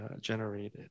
generated